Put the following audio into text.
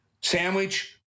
sandwich